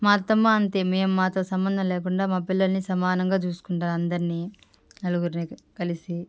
మా అత్తమ్మ అంతే మేం మాతో సంబంధం లేకుండా మా పిల్లల్ని సమానంగా చూసుకుంటారు అందరిని నలుగురిని కలిసి